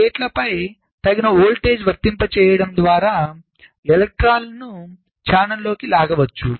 కాబట్టి గేట్లపై తగిన వోల్టేజ్ను వర్తింపజేయడం ద్వారా ఎలక్ట్రాన్లను ఛానెల్లోకి లాగవచ్చు